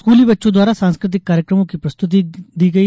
स्कूली बच्चों द्वारा सांस्कृतिक कार्यक्रमों की प्रस्तुति दी गई